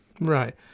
Right